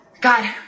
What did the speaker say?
God